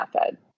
method